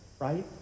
right